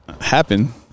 happen